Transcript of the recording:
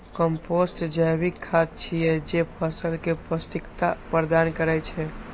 compost जैविक खाद छियै, जे फसल कें पौष्टिकता प्रदान करै छै